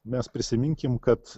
mes prisiminkim kad